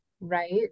right